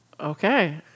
Okay